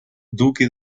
duque